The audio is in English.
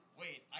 wait